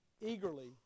eagerly